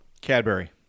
Cadbury